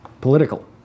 Political